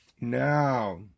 Now